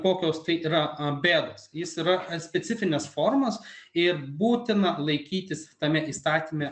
kokios tai yra bėdos jis yra specifinės formos ir būtina laikytis tame įstatyme